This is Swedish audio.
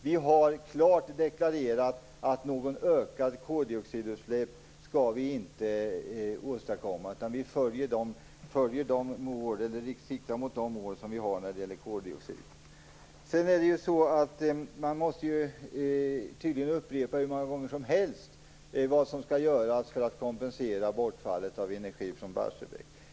Vi har klart deklarerat vi inte skall åstadkomma något ökat koldioxidutsläpp. Vi siktar mot de mål vi har när det gäller koldioxid. Man måste tydligen upprepa hur många gånger som helst vad som skall göras för att kompensera bortfallet av energi från Barsebäck.